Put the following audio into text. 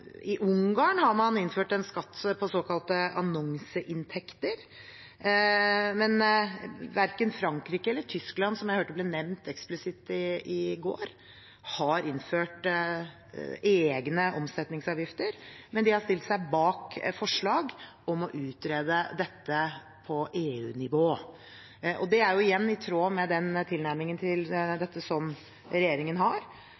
I Ungarn har man innført en skatt på såkalte annonseinntekter. Verken Frankrike eller Tyskland, som jeg hørte ble nevnt eksplisitt i går, har innført egne omsetningsavgifter, men de har stilt seg bak forslag om å utrede dette på EU-nivå. Det er igjen i tråd med den tilnærmingen til dette som regjeringen har: